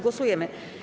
Głosujemy.